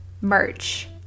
merch